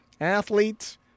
athletes